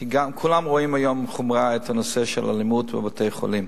כי כולם רואים היום בחומרה את האלימות בבתי-חולים.